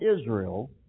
Israel